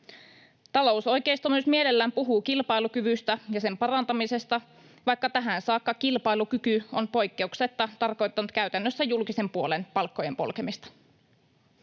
Talousoikeisto myös mielellään puhuu kilpailukyvystä ja sen parantamisesta, vaikka tähän saakka kilpailukyky on poikkeuksetta tarkoittanut käytännössä julkisen puolen palkkojen polkemista.